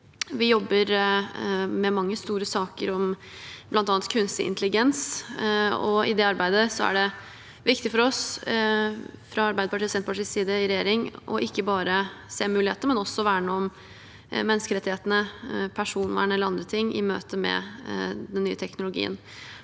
Vi jobber med mange store saker om bl.a. kunstig intelligens, og i det arbeidet er det viktig for oss fra Arbeiderpartiet og Senterpartiets side i regjering å ikke bare se muligheter, men også å verne om menneskerettighetene, personvern eller andre ting i møte med den nye teknologien.